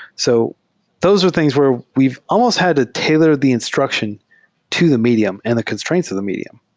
so those are things where we've almost had to tailor the instruction to the medium and the constraints of the medium.